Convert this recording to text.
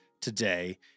today